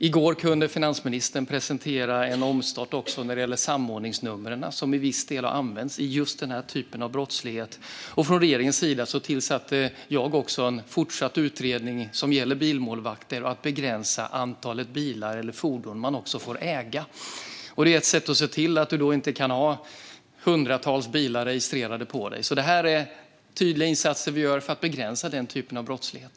I går kunde finansministern presentera en omstart av samordningsnumren, som till viss del har använts i just den här typen av brottslighet. Jag har också tillsatt en ytterligare utredning gällande bilmålvakter. Det handlar om att begränsa antalet bilar eller fordon man får äga. Det är ett sätt att se till att man inte kan ha hundratals bilar registrerade på sig. Det här är tydliga insatser vi gör för att begränsa den typen av brottslighet.